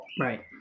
Right